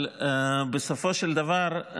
בסופו של דבר,